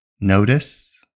notice